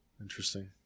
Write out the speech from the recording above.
Interesting